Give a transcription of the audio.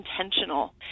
intentional